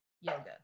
yoga